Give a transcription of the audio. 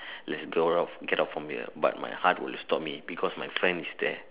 let's go off get out from here my heart will stop me because my friends is there